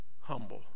humble